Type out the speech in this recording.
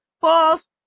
false